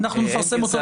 אנחנו נפרסם אותו.